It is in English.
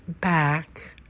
back